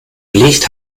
gelegt